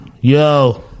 Yo